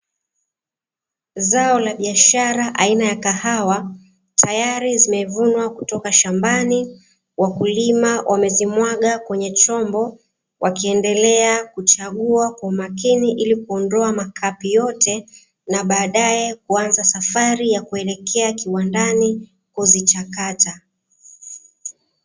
Zao la biashara aina ya kahawa tayari zimevunwa kutoka shambani wakulima wamezimwaga kwenye chombo wakiendelea kuchagua kwa umakini ili kuondoa makapi yote na baadaye kuanza safari ya kuelekea kiwandani kuzichakata.